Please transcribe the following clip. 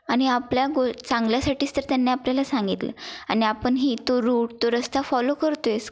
आणि आपल्या गो चांगल्यासाठीच तर त्यांनी आपल्याला सांगितलं आणि आपणही तो रूट तो रस्ता फॉलो करतो आहेस